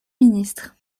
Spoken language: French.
ministre